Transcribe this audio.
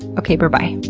okay. berbye. and